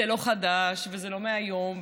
זה לא חדש וזה לא מהיום,